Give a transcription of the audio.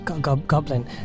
Goblin